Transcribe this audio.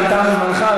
אבל תם זמנך,